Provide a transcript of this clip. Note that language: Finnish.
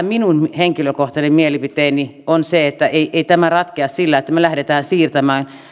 minun henkilökohtainen mielipiteeni on se että ei ei tämä ratkea sillä että me lähdemme siirtämään